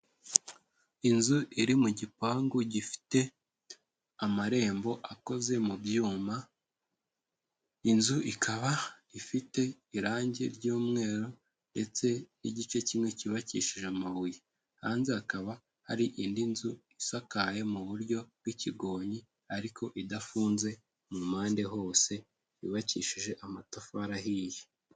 Inzu iri mu gipangu gifite amarembo akoze mu byuma, inzu ikaba ifite irangi ry'umweru ndetse n'igice kimwe cyubakishije amabuye, hanze hakaba hari indi nzu isakaye mu buryo bw'ikigonyi ariko idafunze mu mpande hose yubakishije amatafari ahiye.